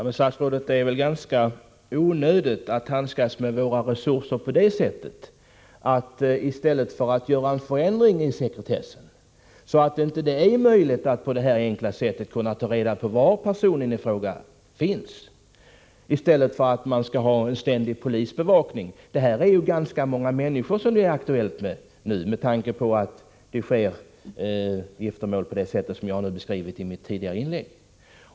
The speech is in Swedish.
Fru talman! Det är väl ändå ganska onödigt att handskas med våra resurser på det sättet att man ger ständig polisbevakning i stället för att göra en förändring i sekretessen, så att det inte blir möjligt att på ett så enkelt sätt ta reda på var personen i fråga finns. Detta är aktuellt för ganska många människor nu med tanke på att det är rätt vanligt med sådana äktenskap som jag beskrivit i mitt tidigare inlägg.